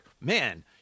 man